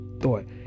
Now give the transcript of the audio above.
thought